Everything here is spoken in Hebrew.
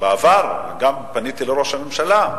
וגם פניתי לראש הממשלה,